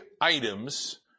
items